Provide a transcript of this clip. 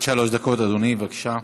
עד שלוש דקות, אדוני, בבקשה.